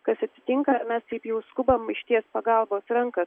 kas atsitinka mes taip jau skubam ištiest pagalbos ranką